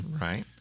Right